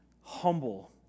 humble